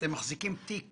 אתם מחזיקים תיק